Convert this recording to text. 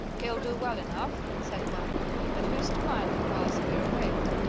he'll do well enough, said one but who's to mind him whilst we're away,